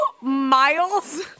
miles